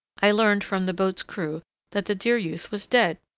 i learned from the boat's crew that the dear youth was dead!